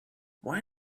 why